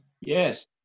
yes